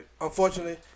unfortunately